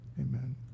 Amen